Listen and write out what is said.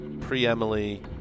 pre-Emily